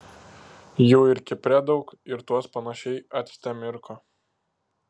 jų ir kipre daug ir tuos panašiai acte mirko